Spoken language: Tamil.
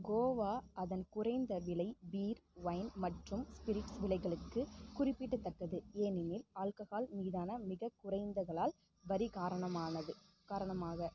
கோவா அதன் குறைந்த விலை பீர் ஒயின் மற்றும் ஸ்பிரிட்ஸ் விலைகளுக்கு குறிப்பிட்டத்தக்கது ஏனெனில் ஆல்கஹால் மீதான மிகக் குறைந்ததலால் வரி காரணமானது காரணமாக